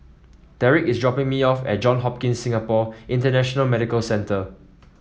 Derrek is dropping me off at John Hopkins Singapore International Medical Centre